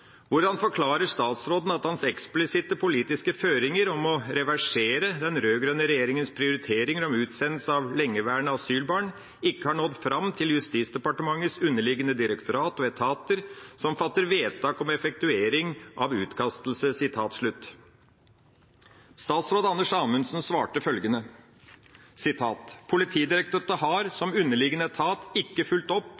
forklarer statsråden at hans eksplisitte politiske føringer om å reversere den rød-grønne regjeringas prioriteringer om utsendelse av lengeværende asylbarn ikke har nådd fram til Justisdepartementets underliggende direktorat og etater som fatter vedtak om effektuering av utkastelse?» Statsråd Anders Anundsen svarte følgende: «Politidirektoratet har, som underliggende etat, ikke fulgt opp